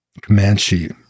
Comanche